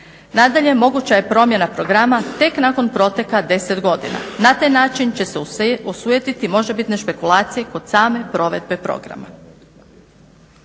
Nadalje, moguća je promjena programa tek nakon proteka 10 godina. Na taj način će se osujetiti možebitne špekulacije kod same provedbe programa.